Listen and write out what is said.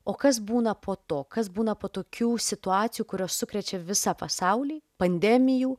o kas būna po to kas būna po tokių situacijų kurios sukrečia visą pasaulį pandemijų